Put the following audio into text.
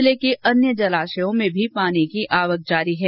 जिले के अन्य जलाशयों में पानी की आवक जारी है